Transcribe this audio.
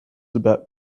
about